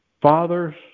fathers